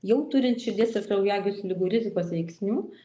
jau turint širdies ir kraujagyslių ligų rizikos veiksnių